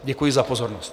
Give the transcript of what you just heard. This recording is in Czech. Děkuji za pozornost.